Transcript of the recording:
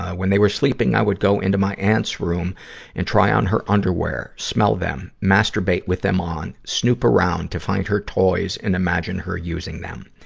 when they were sleeping, i would go into my aunt's room and try on her underwear, smell them, masturbate with them on, snoop around to find her toys and imagine her using them.